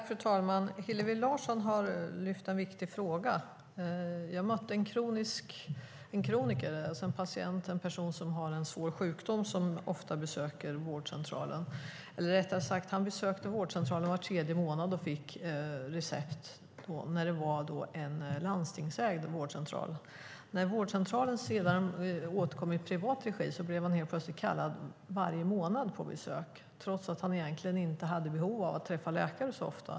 Fru talman! Hillevi Larsson har lyft fram en viktig fråga. Jag mötte en kroniker, alltså en person som har en svår sjukdom och som ofta besöker vårdcentralen. Eller rättare sagt: När det var en landstingsägd vårdcentral besökte han vårdcentralen var tredje månad och fick recept. När vårdcentralen sedan återkom i privat regi blev han helt plötsligt kallad varje månad, trots att han egentligen inte hade behov av att träffa läkare så ofta.